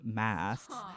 masks